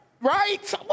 right